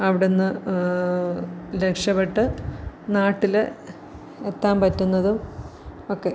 അവിടുന്ന് രക്ഷപ്പെട്ട് നാട്ടില് എത്താന് പറ്റുന്നതും ഒക്കെ